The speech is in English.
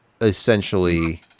essentially